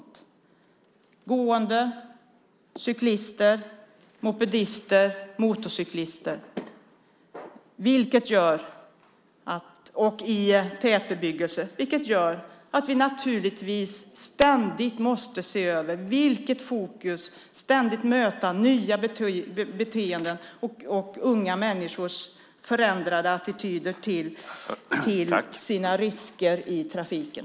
Det är gående, cyklister, mopedister och motorcyklister, och det sker i tätbebyggelse, vilket gör att vi naturligtvis ständigt måste se över vilket fokus det är och ständigt måste möta nya beteenden och unga människors förändrade attityder till riskerna i trafiken.